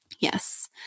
Yes